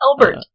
Albert